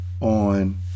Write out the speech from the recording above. on